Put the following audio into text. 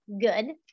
good